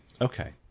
Okay